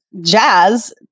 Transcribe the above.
jazz